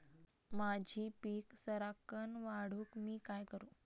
माझी पीक सराक्कन वाढूक मी काय करू?